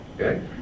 okay